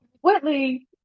Whitley